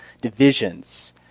divisions